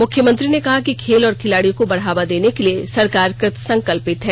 मुख्यमंत्री ने कहा कि खेल और खिलाड़ियों को बढ़ावा देने के लिए सरकार कृतसंकल्पित है